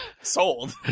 Sold